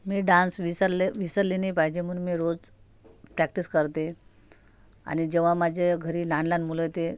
मी dance विसरले विसरले नाही पाहिजे म्हणून मी रोज प्रॅक्टिस करते आणि जेव्हा माझ्या घरी लहान लहान मुलं ते